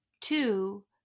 Two